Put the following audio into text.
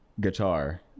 guitar